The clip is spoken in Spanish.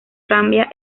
cambia